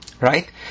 right